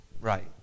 right